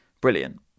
brilliant